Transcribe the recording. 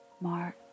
Mark